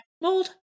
Mold